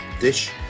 dish